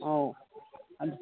ꯑꯧ